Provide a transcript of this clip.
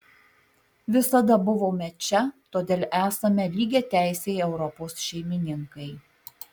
visada buvome čia todėl esame lygiateisiai europos šeimininkai